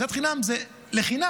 שנאת חינם זה לחינם.